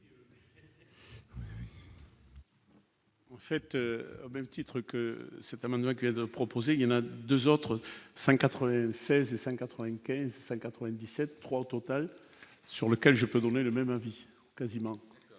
du. Faites au même titre que cet amendement, qui est de proposer, il y en a 2 autres 5 96 5 95 5 97 3 au total, sur lequel je peux donner le même avis quasiment.